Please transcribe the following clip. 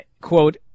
quote